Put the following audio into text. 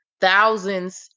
thousands